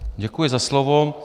Děkuji za slovo.